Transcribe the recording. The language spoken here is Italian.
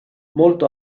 molto